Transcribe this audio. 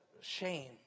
shame